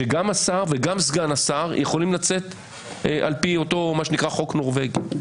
שגם השר וגם סגן השר יכולים לצאת על פי אותו חוק נורבגי.